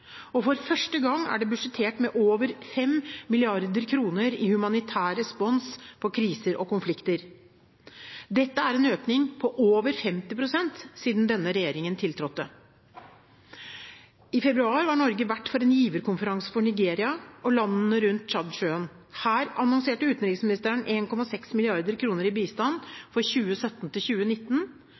og for første gang er det budsjettert med over 5 mrd. kr i humanitær respons på kriser og konflikter. Dette er en økning på over 50 pst. siden denne regjeringen tiltrådte. I februar var Norge vert for en giverkonferanse for Nigeria og landene rundt Tsjadsjøen. Her annonserte utenriksministeren 1,6 mrd. kr i bistand for 2017–2019 til